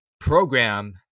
program